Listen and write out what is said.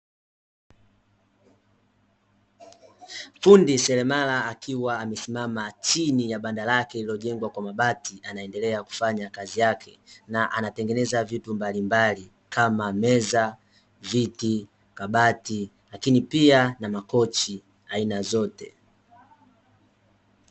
Fundi seremala akiwa amesimama chini ya banda lake lililojengwa kwa mabati, anaendelea kufanya kazi yake na anatengeneza vitu mbalimbali kama meza, viti, kabati, lakini pia na makochi aina zote.